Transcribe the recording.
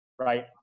Right